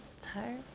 Tired